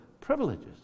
privileges